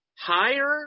higher